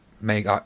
make